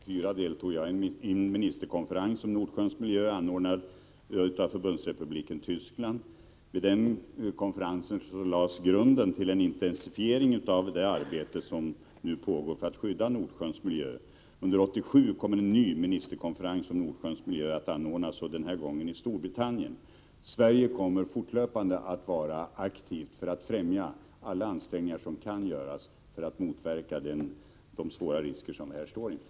Herr talman! Detta arbete fortgår kontinuerligt. 1984 deltog jag i en ministerkonferens om Nordsjöns miljö anordnad av Förbundsrepubliken Tyskland. Vid den konferensen lades grunden till en intensifiering av det arbete som nu pågår för att skydda Nordsjöns miljö. Under 1987 kommer en ny ministerkonferens om Nordsjöns miljö att anordnas, denna gång i Storbritannien. Sverige kommer fortlöpande att vara aktivt för att främja alla ansträngningar som kan göras för att motverka de svåra risker som vi här står inför.